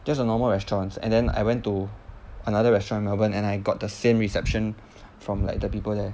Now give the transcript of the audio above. just a normal restaurants and then I went to another restaurant in melbourne and I got the same reception from like the people there